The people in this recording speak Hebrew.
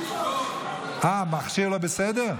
אה, המכשיר לא בסדר?